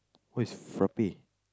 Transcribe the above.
what is frappe